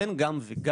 בין גם וגם,